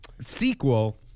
sequel